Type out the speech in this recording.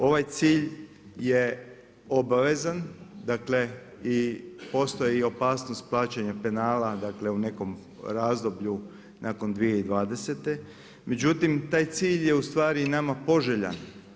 Ovaj cilj je obavezan, dakle i postoji opasnost plaćanja penala dakle u nekom razdoblju nakon 2020., međutim taj cilj je ustvari nama poželjan.